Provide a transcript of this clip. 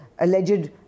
alleged